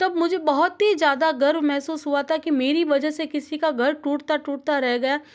तब मुझे बहुत ही ज़्यादा गर्व महसूस हुआ था कि मेरी वजह से किसी का घर टूटते टूटते रह गया